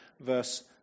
verse